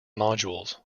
modules